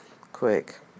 quick